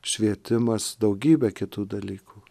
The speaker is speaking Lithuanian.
švietimas daugybė kitų dalykų